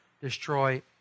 destroy